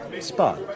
Spot